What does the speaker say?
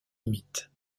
limites